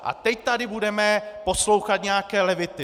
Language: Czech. A teď tady budeme poslouchat nějaké levity.